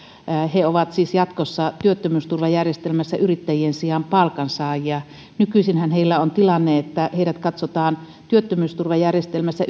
he ovat siis jatkossa työttömyysturvajärjestelmässä yrittäjien sijaan palkansaajia nykyisinhän heillä on tilanne että heidät katsotaan työttömyysturvajärjestelmässä